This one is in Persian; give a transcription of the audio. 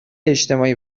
اجتماعی